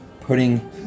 Putting